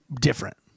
different